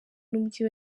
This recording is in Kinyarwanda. n’umujyi